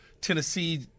Tennessee